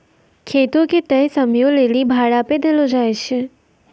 खेतो के तय समयो लेली भाड़ा पे देलो जाय छै